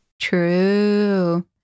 True